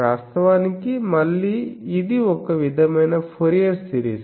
వాస్తవానికి మళ్ళీ ఇది ఒక విధమైన ఫోరియర్ సిరీస్